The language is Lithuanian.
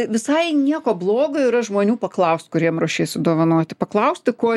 visai nieko blogo yra žmonių paklaust kuriem ruošiesi dovanoti paklausti ko